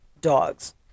dogs